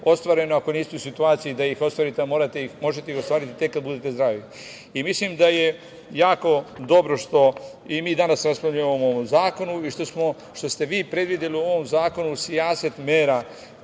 ostvareno ako niste u situaciji da ih ostvarite, a možete ih ostvariti tek kada budete zdravi. Mislim da je jako dobro što i mi danas raspravljamo o ovom zakonu i što ste vi predvideli u ovom zakonu sijaset mera